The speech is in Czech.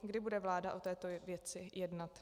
Kdy bude vláda o této věci jednat?